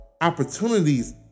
opportunities